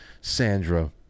Sandra